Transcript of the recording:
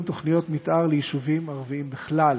תוכניות מתאר ליישובים ערביים בכלל.